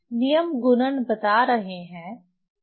नियम गुणन बता रहे हैं